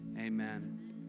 Amen